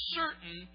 certain